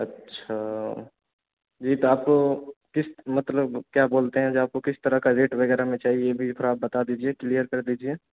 अच्छा जी तो आपको किस्त मतलब क्या बोलते हैं जो आपको किस तरह रेट वग़ैरह में चाहिए ये भी थोड़ा बता दीजिए क्लियर कर दीजिए